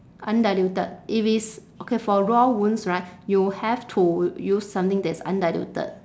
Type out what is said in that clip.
undiluted if it's okay for raw wounds right you have to use something that's undiluted